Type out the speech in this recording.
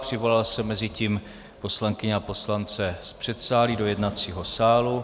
Přivolal jsem mezitím poslankyně a poslance z předsálí do jednacího sálu.